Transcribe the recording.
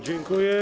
Dziękuję.